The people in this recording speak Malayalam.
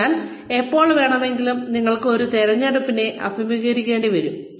അതിനാൽ എപ്പോൾ വേണമെങ്കിലും നിങ്ങൾക്ക് ഒരു തിരഞ്ഞെടുപ്പിനെ അഭിമുഖീകരിക്കേണ്ടി വരും